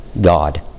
God